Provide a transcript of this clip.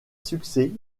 succès